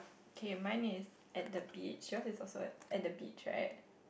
K mine is at the beach yours is also at the beach right